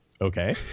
okay